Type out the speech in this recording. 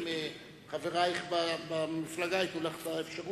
אם חברייך במפלגה ייתנו לך את האפשרות.